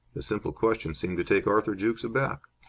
the simple question seemed to take arthur jukes aback.